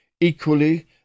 Equally